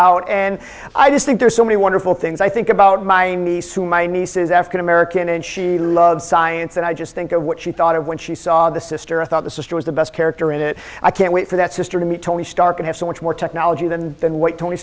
out and i just think there's so many wonderful things i think about my niece who my niece is african american and she loved science and i just think of what she thought of when she saw the sister i thought the sister was the best character in it i can't wait for that sister to meet tony stark and have so much more technology than than what tony